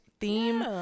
theme